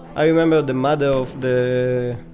i remember the mother of the,